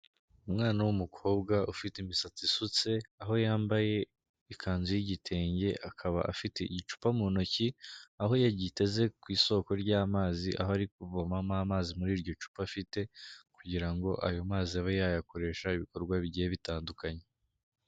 Umwana w'umukobwa ufite imisatsi isutse aho yambaye ikanzu y'igitenge akaba afite igicupa mu ntoki, aho yagiteze ku isoko ry'amazi, aho ari kuvomamo amazi muri iryo cupa afite kugira ngo ayo mazi abe yayakoresha ibikorwa bigiye bitandukanye.